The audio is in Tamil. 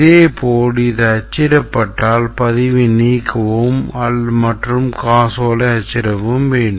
இதேபோல் இது ரத்துசெய்யப்பட்டால் பதிவை நீக்கவும் மற்றும் காசோலை அச்சிடவும் வேண்டும்